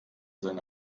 seine